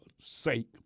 sake